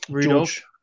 George